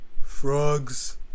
Frogs